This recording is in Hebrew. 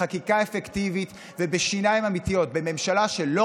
בחקיקה אפקטיבית ובשיניים אמיתיות ובממשלה שלא